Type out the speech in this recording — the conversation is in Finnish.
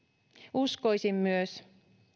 uskoisin myös